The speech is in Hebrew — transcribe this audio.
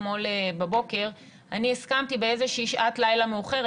אתמול בבוקר אני הסכמתי באיזה שהיא שעת לילה מאוחרת,